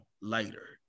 later